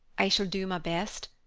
i shall do my best.